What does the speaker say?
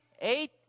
eight